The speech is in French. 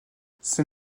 ces